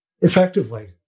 effectively